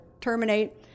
terminate